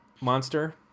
Monster